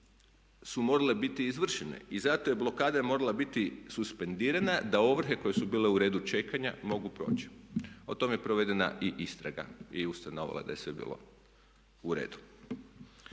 su morale biti izvršene. I zato jer blokada je morala biti suspendirana da ovrhe koje su bile u redu čekanja mogu proći. O tome je provedena i istraga i ustanovila da je sve bilo u redu.